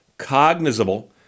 Cognizable